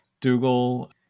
Dougal